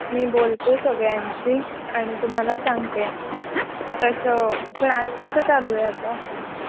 मी बोलते सगळ्यांशी आणि तुम्हाला सांगते तसं क्लास कसं चालू आहे आता